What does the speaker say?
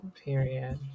Period